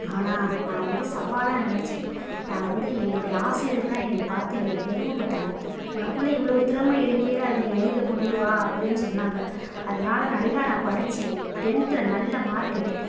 ஆனால் நான் வந்து சவாலாக நினைச்சேன் நான் வந்து என்னுடைய ஆசிரியர்களெலாம் என்னைய பார்த்து என்னைய பெருமைப்பட்டாங்க உனக்குள்ள இவ்வளோ திறமை இருக்கே அதை நீ வெளியில் கொண்டு வா அப்படின்னு சொன்னாங்க அதனால் நல்லா நான் படித்தேன் டென்த்தில் நல்ல மார்க் எடுத்தேன்